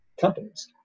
companies